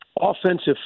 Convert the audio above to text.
offensive